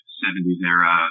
70s-era